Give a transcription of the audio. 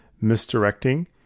misdirecting